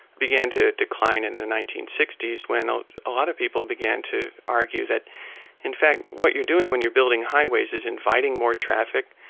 began to decline in the nineteen sixty s when ah a lot of people began to argue that in fact what you're doing when you're building highways is inviting more traffic,